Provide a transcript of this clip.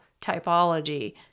typology